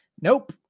nope